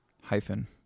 Hyphen